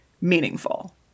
meaningful